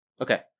Okay